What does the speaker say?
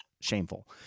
shameful